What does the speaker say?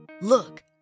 Look